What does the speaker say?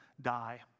die